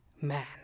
man